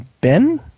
Ben